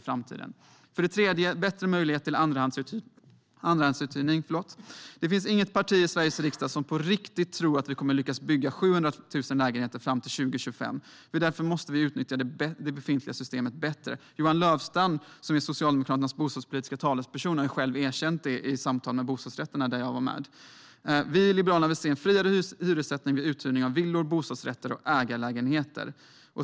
För det tredje vill vi se bättre möjlighet till andrahandsuthyrning. Det finns inget parti i Sveriges riksdag som på riktigt tror att vi kommer att lyckas bygga 700 000 lägenheter fram till 2025. Vi måste därför utnyttja det befintliga beståndet bättre. Johan Löfstrand, som är Socialdemokraternas bostadspolitiska talesperson, har själv erkänt det i ett samtal med Bostadsrätterna där jag var med. Liberalerna vill därför se en friare hyressättning vid uthyrning av villor, bostadsrätter och ägarlägenheter.